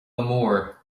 mór